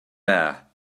there